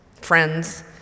Friends